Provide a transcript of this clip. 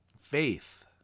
Faith